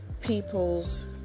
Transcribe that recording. people's